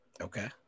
Okay